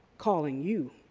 calling you,